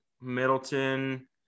Middleton